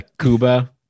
kuba